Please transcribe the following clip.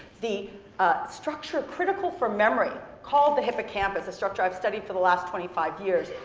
the ah structure critical for memory, called the hippocampus, a structure i've studied for the last twenty five years,